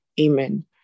amen